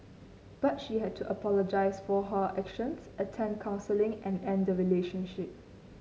but she had to apologise for her actions attend counselling and end the relationship